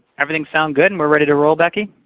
everything sound good, and we're ready to roll, becky?